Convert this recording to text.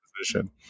position